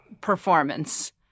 performance